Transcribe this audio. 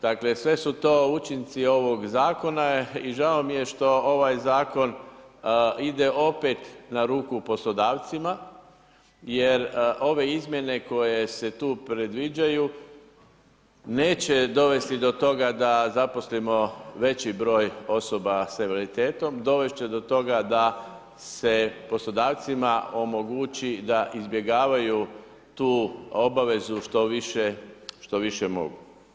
Dakle, sve su to učinci ovog Zakona i žao mi je što ovaj Zakon ide opet na ruku poslodavcima jer ove izmjene koje se tu predviđaju neće dovesti do toga da zaposlimo veći broj osoba sa invaliditetom, dovesti će do toga da se poslodavcima omogući da izbjegavaju tu obavezu što više mogu.